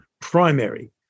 primary